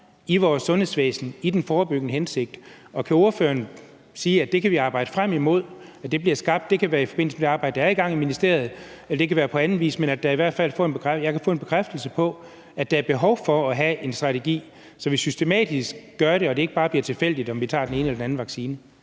i vores sundhedsvæsen med en forebyggende hensigt? Kan ordføreren sige, at det kan vi arbejde frem imod bliver skabt? Det kan være i forbindelse med det arbejde, der er i gang i ministeriet, eller det kan være på anden vis, men kan jeg i hvert fald få en bekræftelse på, at der er behov for at have en strategi, så vi systematisk gør det og det ikke bare bliver tilfældigt, om vi tager den ene eller den anden vaccine?